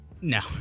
No